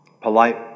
polite